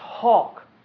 talk